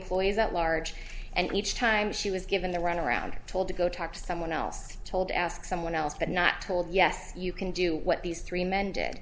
employees at large and each time she was given the runaround or told to go talk to someone else told ask someone else but not told yes you can do what these three men did